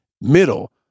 middle